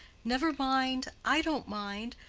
never mind. i don't mind.